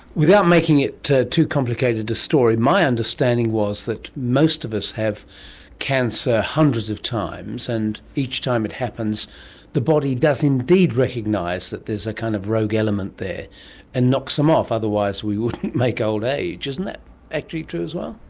without making it too complicated a story, my understanding was that most of us have cancer hundreds of times and each time it happens the body does indeed recognise that there's a kind of rogue element there and knocks them off, otherwise we wouldn't make old age. is and that actually true as well?